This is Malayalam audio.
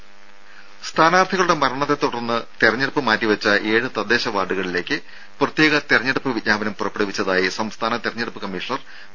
രും സ്ഥാനാർത്ഥികളുടെ മരണത്തെ തുടർന്ന് തെരഞ്ഞെടുപ്പ് മാറ്റിവെച്ച ഏഴ് തദ്ദേശ വാർഡുകളിലേക്ക് പ്രത്യേക തെരഞ്ഞെടുപ്പ് വിജ്ഞാപനം പുറപ്പെടുവിപ്പിച്ചതായി സംസ്ഥാന തെരഞ്ഞെടുപ്പ് കമ്മീഷണർ വി